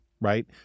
Right